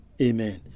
Amen